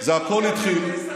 אדוני מדבר יותר מעשר דקות,